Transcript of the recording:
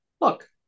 look